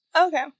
Okay